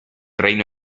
reino